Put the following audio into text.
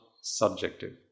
subjective